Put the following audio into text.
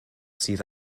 sydd